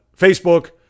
Facebook